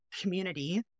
community